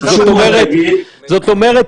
זאת אומרת,